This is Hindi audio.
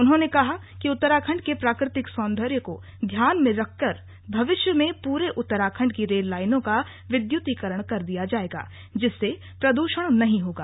उन्होंने कहा कि उत्तराखण्ड के प्राकृतिक सौन्दर्य को ध्यान मे रखते भविष्य में पूरे उत्तराखण्ड की रेल लाइनों का विद्युतीकरण कर दिया जायेगा जिससे प्रदूषण नही होगा